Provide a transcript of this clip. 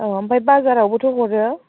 औ ओमफ्राय बाजारावबोथ' हरो